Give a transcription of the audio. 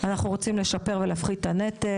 אנחנו רוצים לשפר ולהפחית את הנטל,